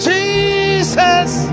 Jesus